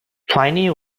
pliny